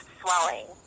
swelling